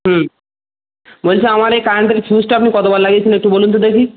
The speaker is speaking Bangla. হুম বলছি আমার এই কারেন্টের ফিউজটা আপনি কতবার লাগিয়েছেন একটু বলুন তো দেখি